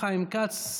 חיים כץ,